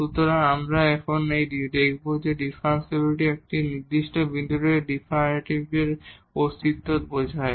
সুতরাং এখন আমরা দেখব ডিফারেনশিবিলিটি একটি নির্দিষ্ট বিন্দুতে ডেরিভেটিভের অস্তিত্বকে বোঝায়